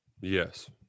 Yes